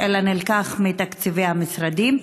אלא נלקח מתקציבי המשרדים.